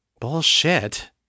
Bullshit